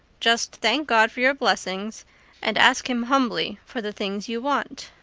just thank god for your blessings and ask him humbly for the things you want.